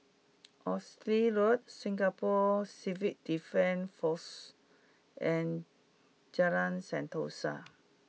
Oxley Road Singapore Civil Defence Force and Jalan Sentosa